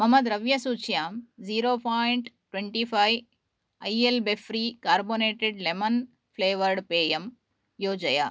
मम द्रव्यसूच्यां zero point twenty five I L बेफ्री कार्बोनेटेड् लेमन् फ्लेवर्ड् पेयं योजय